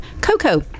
Coco